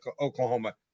Oklahoma